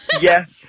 Yes